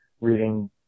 reading